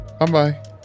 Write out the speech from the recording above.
Bye-bye